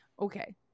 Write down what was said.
okay